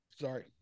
Sorry